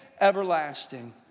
everlasting